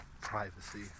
privacy